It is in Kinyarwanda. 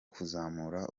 kuzamura